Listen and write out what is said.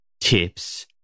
tips